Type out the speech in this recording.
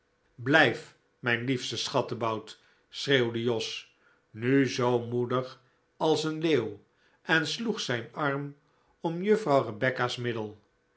blijf mijn liefste schattebout schreeuwde jos nu zoo moedig als een leeuw en sloeg zijn arm om juffrouw rebecca's middel